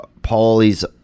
Paulie's